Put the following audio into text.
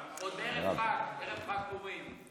ועוד בערב חג הפורים.